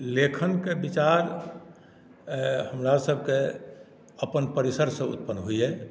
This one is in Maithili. लेखनक विचार हमरासभ के अपन परिसरसँ उत्पन्न होययै